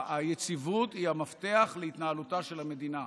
היציבות היא המפתח להתנהלותה של המדינה.